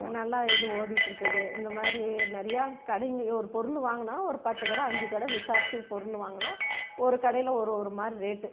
நல்லா இது ஓடிகிட்ருக்குது இந்த மாதிரி நிறையா கடைங்கள் ஒரு பொருள் வாங்குனால் ஒரு பத்து கடை அஞ்சு கடை விசாரித்து அந்த பொருள் வாங்கினா ஒரு கடையில் ஒரு ஒரு மாதிரி ரேட்டு